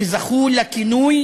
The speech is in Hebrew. שזכו לכינוי